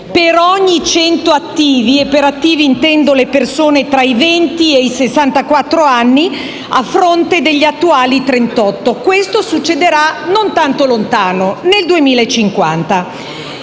per ogni 100 attivi (e per attivi intendo le persone tra i venti e i sessantaquattro anni), a fronte degli attuali 38. Questo succederà non tanto lontano, nel 2050.